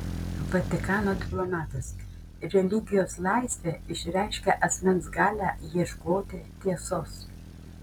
vatikano diplomatas religijos laisvė išreiškia asmens galią ieškoti tiesos